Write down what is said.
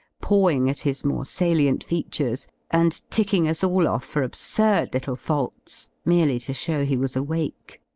pawing at his more salient features, and ticking us all off for absurd little faults merely to show he was awake.